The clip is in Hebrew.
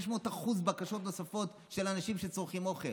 500% בקשות נוספות של אנשים שצורכים אוכל.